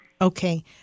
Okay